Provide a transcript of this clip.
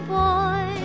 boy